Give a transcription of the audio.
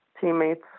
teammates